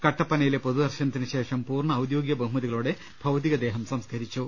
കട്ടപ്പനയിലെ പൊതുദർശനത്തിനുശേഷം പൂർണ്ണ ഔദ്യോഗിക ബഹുമതികളോടെ ഭൌതികദേഹം സംസ്കരിച്ചു